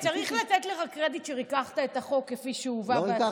צריך לתת לך קרדיט שריככת את החוק מכפי שהוא הובא בהתחלה.